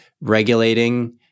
regulating